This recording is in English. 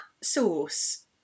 sauce